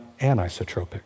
anisotropic